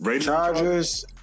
Chargers